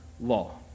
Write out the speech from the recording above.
law